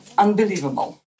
Unbelievable